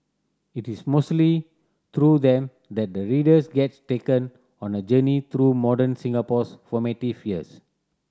it is mostly through them that the readers gets taken on a journey through modern Singapore's formative years